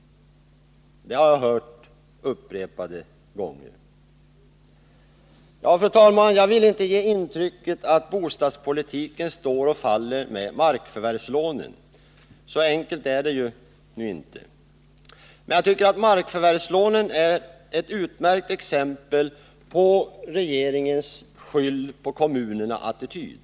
Det har jag hört upprepade gånger. Fru talman! Jag vill inte ge intrycket att bostadspolitiken står och faller med markförvärvslånen — så enkelt är det nu inte. Markförvärvslånen är dock ett utmärkt exempel på regeringens ”skyll-på-kommunerna-attityd”.